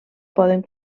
poden